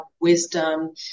wisdom